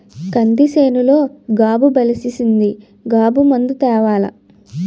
కంది సేనులో గాబు బలిసీసింది గాబు మందు తేవాల